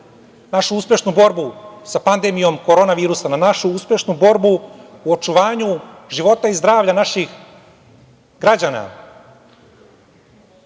našu uspešnu borbu sa pandemijom koronavirusa, na našu uspešnu borbu u očuvanju života i zdravlja naših građana.